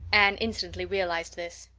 anne instantly realized this.